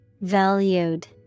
Valued